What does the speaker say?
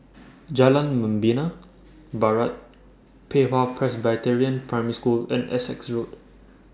Jalan Membina Barat Pei Hwa Presbyterian Primary School and Essex Road